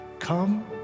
Come